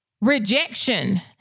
rejection